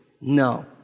No